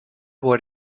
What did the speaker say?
what